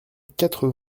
quatre